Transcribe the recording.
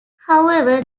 however